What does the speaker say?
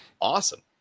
awesome